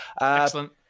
Excellent